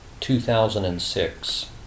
2006